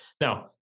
Now